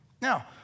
Now